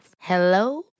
Hello